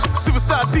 superstar